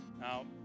Now